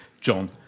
John